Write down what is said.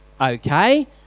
okay